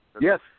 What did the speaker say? Yes